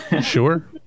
Sure